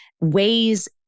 ways